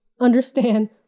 understand